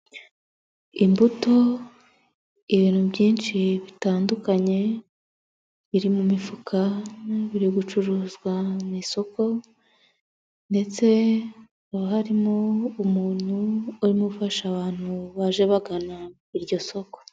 Imbuto ibintu byinshi bitandukanye iri mu mifuka biri gucuruzwa mu isoko, ndetse hakaba harimo umuntu urimo ufasha abantu baje bagana iryo soko.